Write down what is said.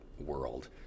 world